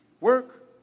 work